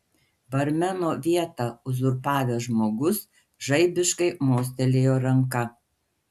barmeno vietą uzurpavęs žmogus žaibiškai mostelėjo ranka